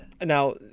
Now